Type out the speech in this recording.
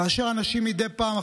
כאשר אנשים מדי פעם,